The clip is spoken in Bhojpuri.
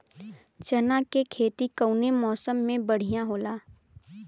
चना के खेती कउना मौसम मे बढ़ियां होला?